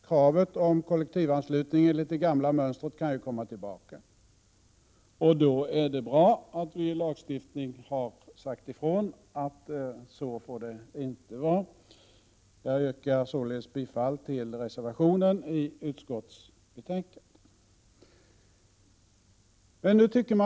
Kravet på kollektivanslutningen enligt det gamla mönstret kan ju komma tillbaka, och då är det bra att vi i lagstiftning har sagt ifrån att det inte får vara så. Jag yrkar således bifall till reservationen i utskottsbetänkandet.